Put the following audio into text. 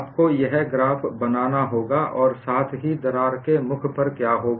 आपको यह ग्राफ़ बनाना होगा और साथ ही दरार के मुख पर क्या होगा